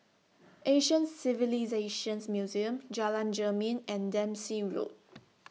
Asian Civilisations Museum Jalan Jermin and Dempsey Road